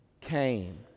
came